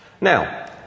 Now